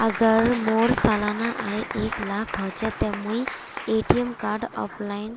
अगर मोर सालाना आय एक लाख होचे ते मुई ए.टी.एम कार्ड अप्लाई